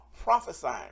prophesying